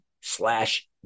slash